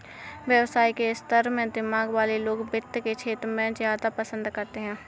व्यवसाय के स्तर के दिमाग वाले लोग वित्त के क्षेत्र को ज्यादा पसन्द करते हैं